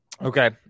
Okay